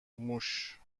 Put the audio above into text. موش